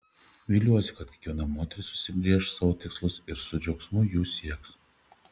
viliuosi kad kiekviena moteris užsibrėš savo tikslus ir su džiaugsmu jų sieks